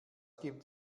gibt